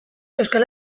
euskal